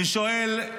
אני שואל,